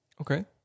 Okay